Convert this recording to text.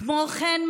כמו כן,